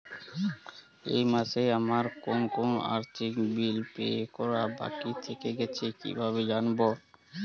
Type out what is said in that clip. এই মাসে আমার কোন কোন আর্থিক বিল পে করা বাকী থেকে গেছে কীভাবে জানব?